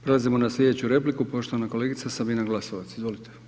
Prelazimo na slijedeću repliku poštovana kolegica Sabina Glasovac, izvolite.